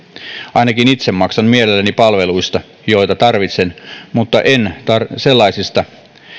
ainakin itse maksan mielelläni palveluista joita tarvitsen mutta en sellaisista